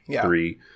three